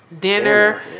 Dinner